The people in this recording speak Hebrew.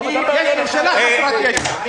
הממשלה שלך היא חסרת ישע.